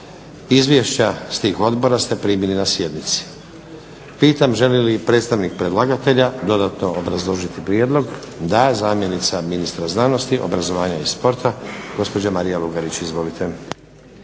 Izvješća s tih odbora ste primili na sjednici. Pitam želi li predstavnik predlagatelja dodatno obrazložiti prijedlog? Da. Zamjenica ministra znanosti, obrazovanja i sporta gospođa Marija Lugarić. Izvolite.